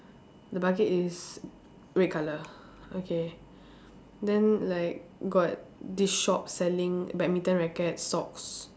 the bucket is red colour okay then like got this shop selling badminton racket socks